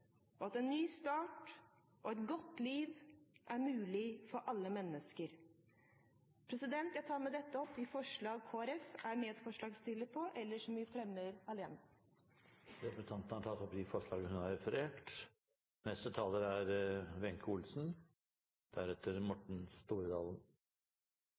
rusfrihet, en ny start og et godt liv er mulig for alle mennesker. Jeg tar med dette opp de forslag Kristelig Folkeparti er medforslagsstiller til, og de forslagene vi fremmer alene. Representanten Line Henriette Hjemdal har tatt opp de forslagene hun refererte til. I dag behandler vi rusmeldingen som har